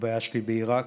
התביישתי בעיראק,